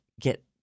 get